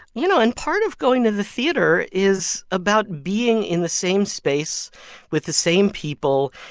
you know, and part of going to the theater is about being in the same space with the same people.